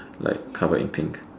like covered in pink